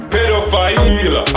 Pedophile